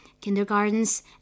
Kindergartens